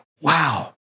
Wow